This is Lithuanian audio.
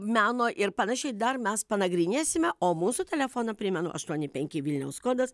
meno ir panašiai dar mes panagrinėsime o mūsų telefoną primenu aštuoni penki vilniaus kodas